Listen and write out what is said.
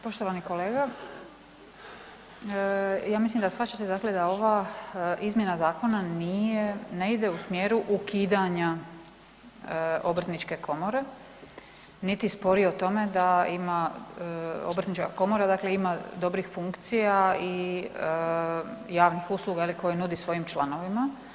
Poštovani kolega, ja mislim da shvaćate dakle da ova izmjena zakona nije, ne ide u smjeru ukidanja Obrtničke komore niti spori o tome da ima, Obrtnička komora, dakle ima dobrih funkcija i javnih usluga, je li, koje nudi svojim članovima.